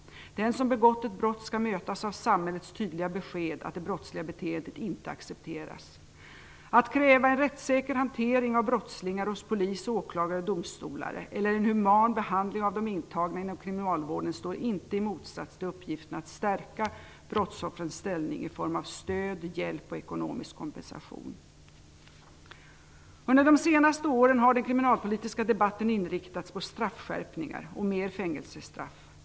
Den som begått ett brott skall mötas av samhällets tydliga besked att det brottsliga beteendet inte accepteras. Att kräva en rättssäker hantering av brottslingar hos polis, åklagare och domstolar eller en human behandling av de intagna inom kriminalvården står inte i motsats till uppgiften att stärka brottsoffrens ställning i form av stöd, hjälp och ekonomisk kompensation. Under de senaste åren har den kriminalpolitiska debatten inriktats på straffskärpningar och mer fängelsestraff.